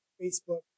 Facebook